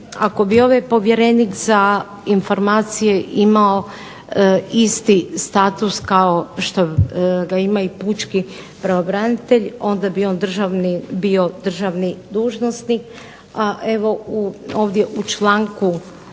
ako bi ovaj povjerenik za informacije imao isti status kao što ga ima i pučki pravobranitelj onda bi on bio državni dužnosnik.